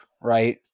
right